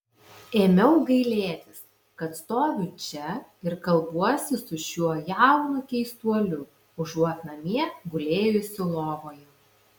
ėmiau gailėtis kad stoviu čia ir kalbuosi su šiuo jaunu keistuoliu užuot namie gulėjusi lovoje